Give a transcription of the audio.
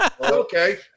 okay